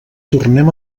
tornem